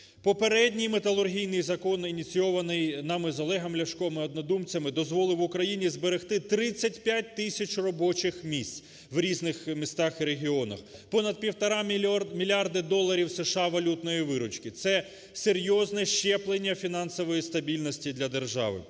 Попередній металургійний закон, ініційований нами, з Олегом Ляшком, і однодумцями, дозволив Україні зберегти 35 тисяч робочих місць, в різних містах і регіонах. Понад півтора мільярди доларів США валютної виручки – це серйозне щеплення фінансової стабільності для держави.